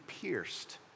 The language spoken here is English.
pierced